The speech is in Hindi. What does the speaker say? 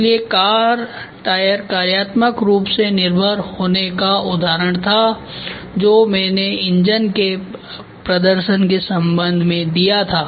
इसलिए कार टायर कार्यात्मक रूप से निर्भर होने का उदाहरण था जो मैंने इंजन के प्रदर्शन के संबंध में दिया था